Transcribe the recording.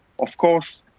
of course,